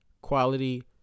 quality